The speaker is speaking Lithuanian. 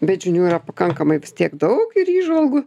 bet žinių yra pakankamai tiek daug ir įžvalgų